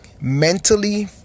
mentally